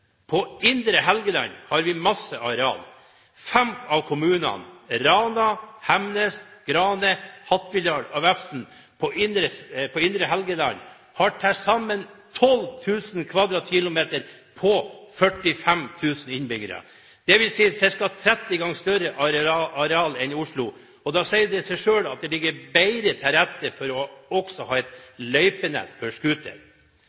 På Indre Helgeland har vi masse areal. Fem av kommunene – Rana, Hemnes, Grane, Hattfjelldal og Vefsn – har til sammen 12 000 km2 fordelt på 45 000 innbyggere, dvs. ca. 30 ganger større areal enn Oslo. Da sier det seg selv at det ligger bedre til rette for også å ha et løypenett for scooter.